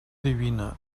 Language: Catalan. divina